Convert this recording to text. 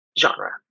genre